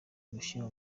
gushyira